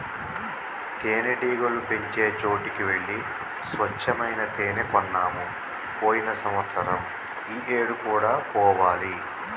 తేనెటీగలు పెంచే చోటికి వెళ్లి స్వచ్చమైన తేనే కొన్నాము పోయిన సంవత్సరం ఈ ఏడు కూడా పోవాలి